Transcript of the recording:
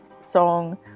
song